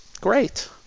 Great